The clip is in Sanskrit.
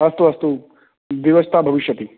अस्तु अस्तु व्यवस्था भविष्यति